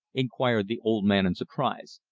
inquired the old man in surprise.